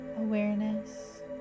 Awareness